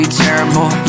terrible